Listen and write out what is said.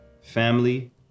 family